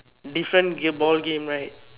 different game ball game right